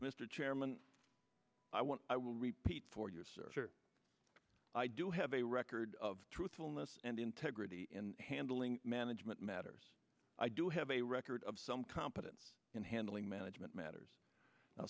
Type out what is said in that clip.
mr chairman i want i will repeat for your searcher i do have a record of truthfulness and integrity in handling management matters i do have a record of some competence in handling management matters